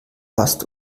lasst